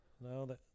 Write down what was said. No